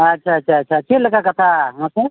ᱟᱪᱪᱷᱟ ᱟᱪᱪᱷᱟ ᱟᱪᱪᱷᱟ ᱪᱮᱫᱞᱮᱠᱟ ᱠᱟᱛᱷᱟ ᱢᱟᱥᱮ